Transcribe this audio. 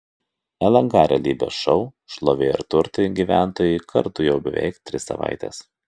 lnk realybės šou šlovė ir turtai gyventojai kartu jau beveik tris savaites